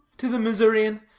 to the missourian,